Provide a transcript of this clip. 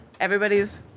Everybody's